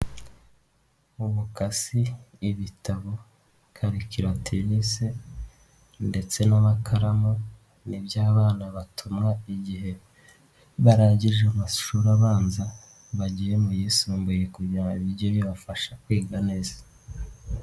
Umukasi, ibitabo, karikilaterise ndetse n'amakaramu, nibyo abana batumwa igihe barangije amashuri abanza, bagiye mu yisumbuye kugira ngo bijye bibafasha kwiga neza.